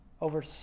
over